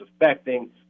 affecting